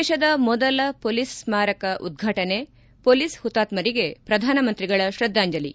ದೇಶದ ಮೊದಲ ಮೊಲೀಸ್ ಸ್ನಾರಕ ಉದ್ವಾಟನೆ ಮೊಲೀಸ್ ಹುತಾತ್ನರಿಗೆ ಪ್ರಧಾನಮಂತ್ರಿಗಳ ಶ್ರದ್ದಾಂಜಲಿ